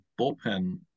bullpen